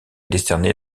décerné